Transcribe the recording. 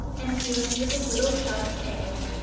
and feeling with his little sharp nails,